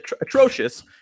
atrocious